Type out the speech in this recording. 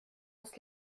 das